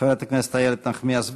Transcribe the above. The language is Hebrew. חברת הכנסת איילת נחמיאס ורבין,